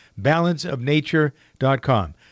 Balanceofnature.com